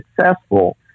successful